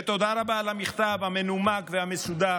ותודה רבה על המכתב המנומק והמסודר,